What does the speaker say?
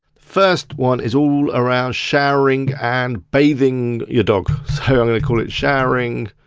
first one is all around showering and bathing your dog. so i'm gonna call it showering,